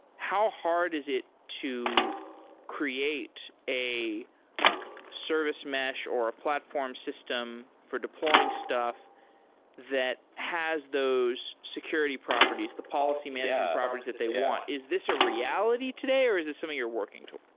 how hard is it to create a service mesh or a platform system for deploying stuff that has those security properties, the policy management properties that they want. is this a reality today or is this something you're working towards?